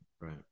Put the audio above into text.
Right